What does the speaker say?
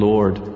Lord